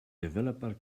developer